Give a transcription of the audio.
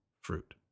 fruit